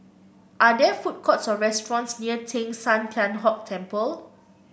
are there food courts or restaurants near Teng San Tian Hock Temple